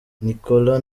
nicolas